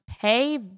pay